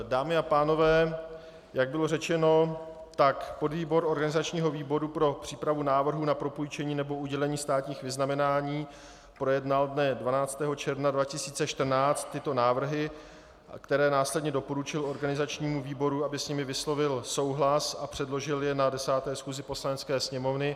Dámy a pánové, jak bylo řečeno, podvýbor organizačního výboru pro přípravu návrhů na propůjčení nebo udělení státních vyznamenání projednal dne 12. června 2014 tyto návrhy, které následně doporučil organizačnímu výboru, aby s nimi vyslovil souhlas a předložil je na 10. schůzi Poslanecké sněmovny.